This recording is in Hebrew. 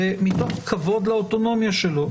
מתוך כבוד לאוטונומיה שלו.